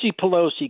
Pelosi